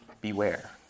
Beware